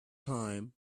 time